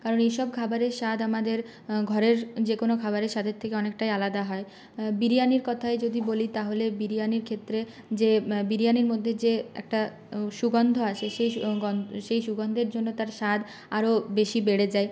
কারণ এসব খাবারের স্বাদ আমাদের ঘরের যে কোনো খাবারের স্বাদের থেকে অনেকটাই আলাদা হয় বিরিয়ানির কথাই যদি বলি তাহলে বিরিয়ানির ক্ষেত্রে যে বিরিয়ানির মধ্যে যে একটা সুগন্ধ আছে সেই গন্ধ সেই সুগন্ধর জন্য তার স্বাদ আরও বেশি বেড়ে যায়